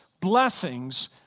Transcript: blessings